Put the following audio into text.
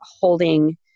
holding